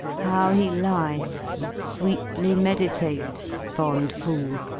how he lies and sweetly meditates. fond fool,